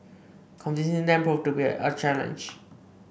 convincing them proved to be a challenge